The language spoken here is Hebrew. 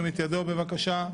ירים את ידו, בבקשה.